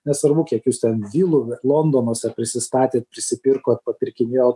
nesvarbu kiek jūs ten vilų londonuose prisistatėt prisipirkot papirkinėjot